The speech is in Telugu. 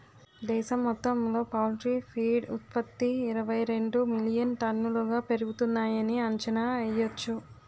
దేశం మొత్తంలో పౌల్ట్రీ ఫీడ్ ఉత్త్పతి ఇరవైరెండు మిలియన్ టన్నులుగా పెరుగుతున్నాయని అంచనా యెయ్యొచ్చు